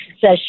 says